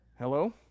Hello